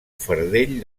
fardell